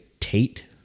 Tate